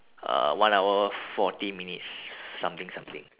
uh one hour forty minutes something something